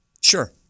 Sure